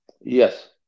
Yes